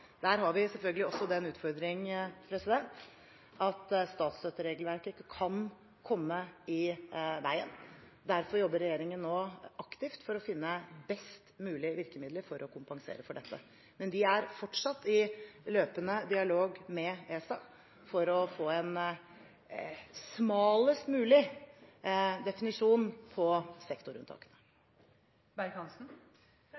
Der har vi selvfølgelig også den utfordring at statsstøtteregelverket kan komme i veien. Derfor jobber regjeringen nå aktivt for å finne best mulig virkemidler for å kompensere for dette. Men vi er fortsatt i løpende dialog med ESA for å få en smalest mulig definisjon